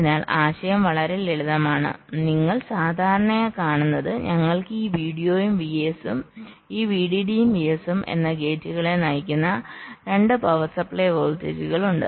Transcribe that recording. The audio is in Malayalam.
അതിനാൽ ആശയം വളരെ ലളിതമാണ് നിങ്ങൾ സാധാരണയായി കാണുന്നത് ഞങ്ങൾക്ക് ഈ വിഡിഡിയും വിഎസ്എസും എന്ന ഗേറ്റുകളെ നയിക്കുന്ന ഈ രണ്ട് പവർ സപ്ലൈ വോൾട്ടേജുകൾ ഉണ്ട്